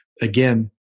again